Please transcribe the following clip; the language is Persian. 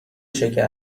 شکر